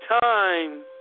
time